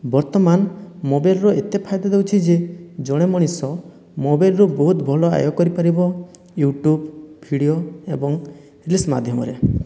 ବର୍ତ୍ତମାନ ମୋବାଇଲର ଏତେ ଫାଇଦା ଦେଉଛି ଯେ ଜଣେ ମଣିଷ ମୋବାଇଲରୁ ବହୁତ ଭଲ ଆୟ କରିପାରିବ ୟୁଟ୍ୟୁବ ଭିଡ଼ିଓ ଏବଂ ରିଲ୍ସ୍ ମାଧ୍ୟମରେ